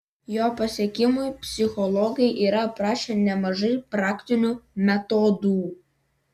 jo pasiekimui psichologai yra aprašę nemažai praktinių metodų